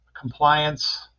compliance